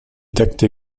deckte